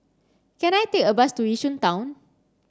can I take a bus to Yishun Town